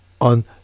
on